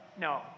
No